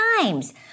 times